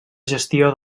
gestió